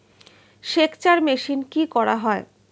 সেকচার মেশিন কি করা হয়?